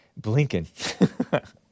Blinken